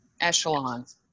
echelons